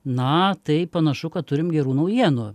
na tai panašu kad turim gerų naujienų